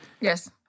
Yes